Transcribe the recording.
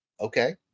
Okay